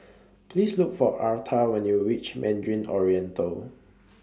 Please Look For Arta when YOU REACH Mandarin Oriental